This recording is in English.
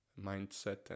mindset